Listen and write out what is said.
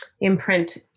imprint